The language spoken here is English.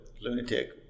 lunatic